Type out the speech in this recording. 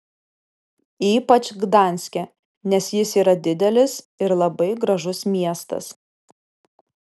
ypač gdanske nes jis yra didelis ir labai gražus miestas